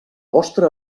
vostra